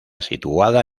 situada